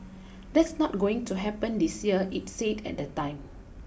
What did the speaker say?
that's not going to happen this year it said at the time